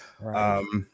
Right